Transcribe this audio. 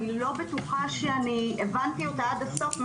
אני לא בטוחה שאני הבנתי אותה עד הסוף.